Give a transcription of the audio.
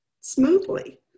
smoothly